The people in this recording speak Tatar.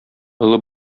олы